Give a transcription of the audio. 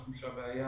אנחנו חושבים שהבעיה